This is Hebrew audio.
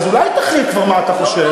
אז אולי תחליט כבר מה אתה חושב?